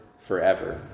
forever